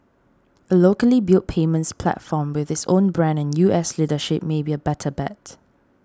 a locally built payments platform with its own brand and U S leadership may be a better bet